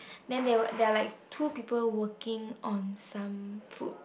then there were there are like two people working on some food